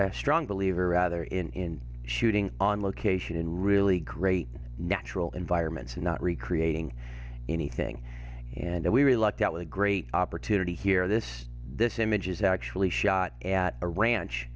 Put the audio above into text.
a strong believer rather in shooting on location and really great natural environments and not recreating anything and we lucked out with a great opportunity here this this image is actually shot at a ranch